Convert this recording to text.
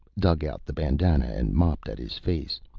dug out the bandanna and mopped at his face.